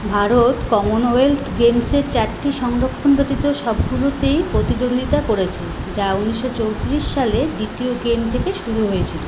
Bharat commonwealth গেমসের চারটি সংরক্ষণ ব্যতীত সবগুলোতেই প্রতিদ্বন্দ্বিতা করেছে যা উনিশশো চৌত্রিশ সালে দ্বিতীয় গেম থেকে শুরু হয়েছিলো